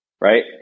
Right